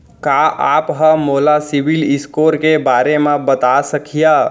का आप हा मोला सिविल स्कोर के बारे मा बता सकिहा?